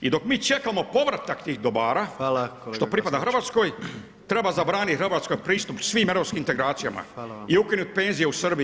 I dok mi čekamo povratak tih dobara, [[Upadica: Hvala kolega Glasnović.]] što pripada Hrvatskoj, treba zabraniti Hrvatskoj pristup svim europskim integracijama i ukinuti penzije u Srbiji.